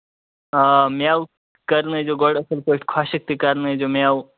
آ مٮ۪وٕ کَرنٲوزیٚو گۄڈٕ اَصٕل پٲٹھۍ خۄشِکۍ تہِ کَرنٲوزیٚو مٮ۪وٕ